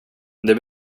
det